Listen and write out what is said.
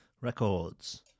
Records